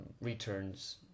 returns